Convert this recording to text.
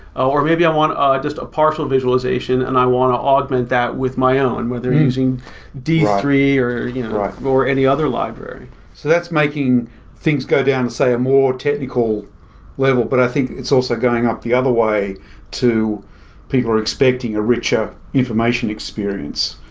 or maybe i want ah just a partial visualization and i want to augment that with my own, whether using d three, or you know or any other library that's making things go down say a more technical level, but i think it's also going up the other way to people are expecting a richer information experience.